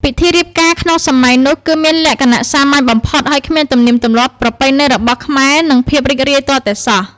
ពិធីរៀបការក្នុងសម័យនោះគឺមានលក្ខណៈសាមញ្ញបំផុត ហើយគ្មានទំនៀមទម្លាប់ប្រពៃណីរបស់ខ្មែរនិងភាពរីករាយទាល់តែសោះ។